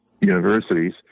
universities